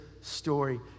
story